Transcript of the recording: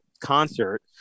concert